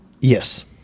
Yes